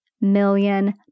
million